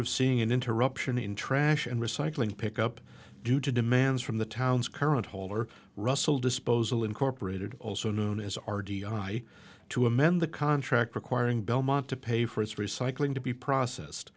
of seeing an interruption in trash and recycling pick up due to demands from the town's current holder russell disposal incorporated also known as r d r i to amend the contract requiring belmont to pay for its recycling to be processed